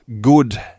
good